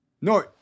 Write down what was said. No